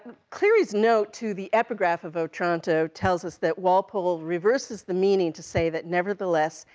cleary's note to the epigraph of otranto tells us that walpole reverses the meaning, to say that, nevertheless,